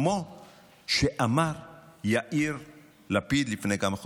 כמו שאמר יאיר לפיד לפני כמה חודשים: